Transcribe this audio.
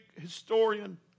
historian